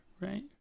Right